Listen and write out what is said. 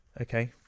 Okay